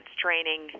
training